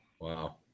wow